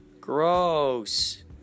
Gross